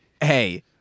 Hey